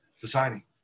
designing